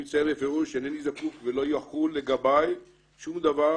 אני מציין בפירוש שאינני זקוק ולא יחול לגבי שום דבר